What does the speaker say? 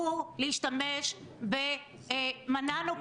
לאט ובתיאבון.